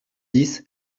dix